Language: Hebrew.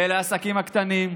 ולעסקים הקטנים,